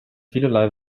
vielerlei